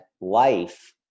life